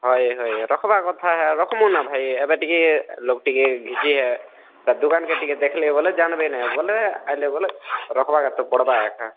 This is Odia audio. ହଏ ହଏ ରଖ୍ବା କଥା ରଖ୍ମୁ ନାଁ ଭାଇ ଏବେ ଟିକେ ଲୋକ୍ ଟିକେ ଘିଚି ଦୁକାନ୍ ଟିକେ ଦେଖ୍ଲେ ବୋଲେ ଯାନବେ ଆଇବେ ବୋଲେ ରଖ୍ବାକେ ପଡ଼୍ବା